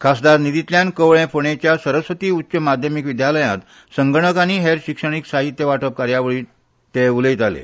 खासदार निधीतल्यान कवळे फोणेच्या सरस्वती उच्च माध्यमीक विद्यालयांत संगणक आनी हेर शिक्षणीक साहित्य वाटप करपाचे कार्यावळींत ते उलयताले